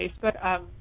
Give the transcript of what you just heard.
Facebook